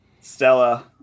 Stella